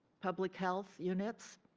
public health units,